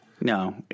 No